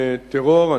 בטרור.